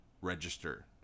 register